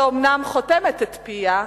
שאומנם חותמת את פיה,